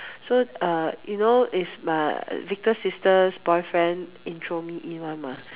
so uh you know it's my Victor's sister's boyfriend intro me in [one] mah